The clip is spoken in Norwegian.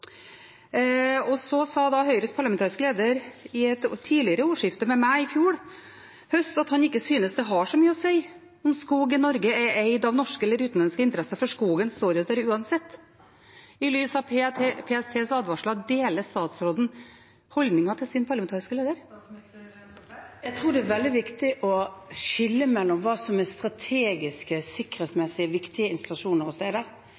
Høyres parlamentariske leder sa i et tidligere ordskifte med meg, i fjor høst, at han ikke synes det har så mye å si om skog i Norge er eid av norske eller utenlandske interesser, for skogen står jo der uansett. I lys av PSTs advarsler: Deler statsministeren holdningen til sin parlamentariske leder? Jeg tror det er veldig viktig å skille mellom hva som er strategiske, sikkerhetsmessig viktige installasjoner og steder.